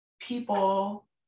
people